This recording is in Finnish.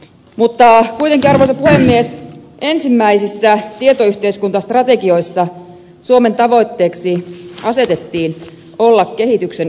mutta kuitenkin arvoisa puhemies ensimmäisissä tietoyhteiskuntastrategioissa suomen tavoitteeksi asetettiin olla kehityksen ykkönen